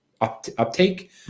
uptake